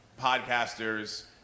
podcasters